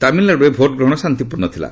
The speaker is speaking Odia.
ତାମିଲନାଡ଼ୁରେ ଭୋଟଗ୍ରହଣ ଶାନ୍ତିପୂର୍ଣ୍ଣ ଥିଲା